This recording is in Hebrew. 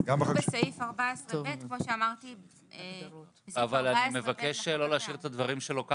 בסעיף 14(ב) --- אבל אני מבקש לא להשאיר את הדברים שלו ככה,